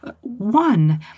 One